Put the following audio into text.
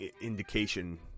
indication